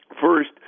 First